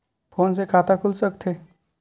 Phone से खाता खुल सकथे?